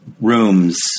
rooms